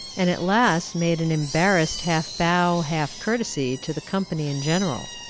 and at last made an embarrassed half-bow, half-courtesy, to the company in general.